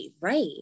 right